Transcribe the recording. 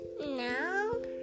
No